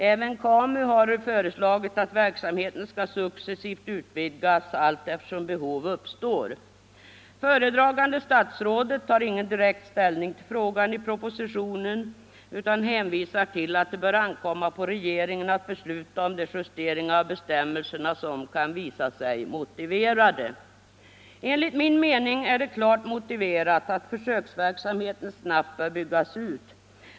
Även KAMU har föreslagit att verksamheten skall successivt utvidgas allteftersom behov uppstår. Föredragande statsrådet tar ingen direkt ställning till frågan i propositionen utan hänvisar till att det bör ankomma på regeringen att besluta om de justeringar av bestämmelserna som kan visa sig motiverade. Enligt min mening är det klart motiverat att försöksverksamheten snabbt byggs ut.